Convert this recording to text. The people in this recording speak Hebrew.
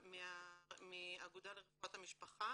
מהאגודה לרפואת המשפחה